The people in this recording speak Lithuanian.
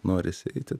norisi eiti